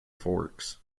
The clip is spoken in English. forks